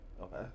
Okay